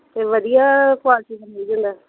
ਅਤੇ ਵਧੀਆ ਕੁਆਲਟੀ ਦਾ ਮਿਲ ਜਾਂਦਾ